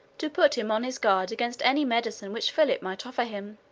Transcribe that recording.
to put him on his guard against any medicine which philip might offer him.